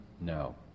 No